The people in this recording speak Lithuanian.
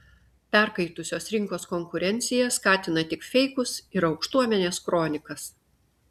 perkaitusios rinkos konkurencija skatina tik feikus ir aukštuomenės kronikas